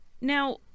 Now